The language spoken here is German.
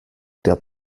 der